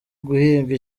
guhinga